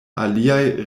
aliaj